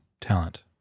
talent